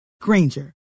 Granger